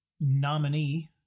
nominee